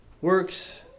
works